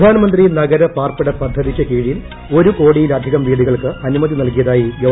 പ്രധാനമന്ത്രി നഗര പാർപ്പിട പുരുതിയ്ക്ക് കീഴിൽ ഒരു കോടിയിലധികം വീടുകൾക്ക് അ്നുമതി നൽകിയതായി ഗവൺമെന്റ്